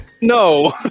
No